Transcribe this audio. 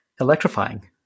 electrifying